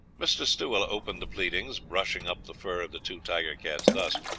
mr. stawell opened the pleadings, brushing up the fur of the two tiger cats thus